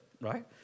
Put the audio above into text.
right